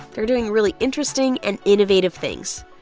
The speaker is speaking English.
they're doing really interesting and innovative things.